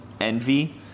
envy